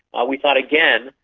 ah we thought, again,